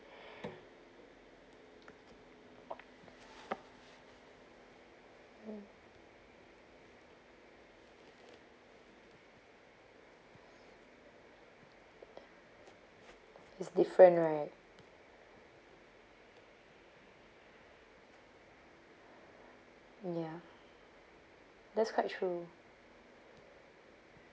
is different right ya that's quite true